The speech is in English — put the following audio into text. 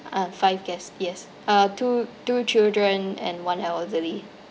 uh five guests yes uh two two children and one elderly